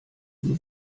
sie